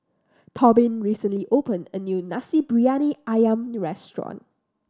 Tobin recently opened a new Nasi Briyani Ayam restaurant